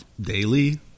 daily